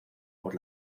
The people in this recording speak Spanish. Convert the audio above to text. por